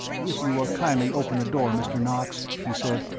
if you will kindly open the door, mr. knox, he said,